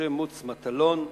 משה מטלון,